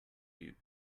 you